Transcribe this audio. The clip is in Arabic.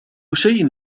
شيء